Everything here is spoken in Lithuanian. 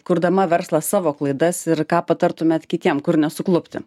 kurdama verslą savo klaidas ir ką patartumėt kitiem kur nesuklupti